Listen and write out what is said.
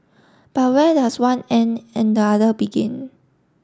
but where does one end and the other begin